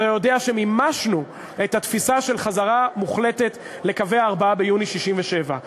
אתה יודע שמימשנו את התפיסה של חזרה מוחלטת לקווי 4 ביוני 67',